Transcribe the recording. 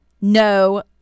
No